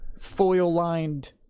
foil-lined